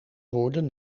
woorden